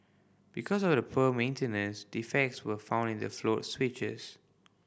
because of the poor maintenance defects were found in the float switches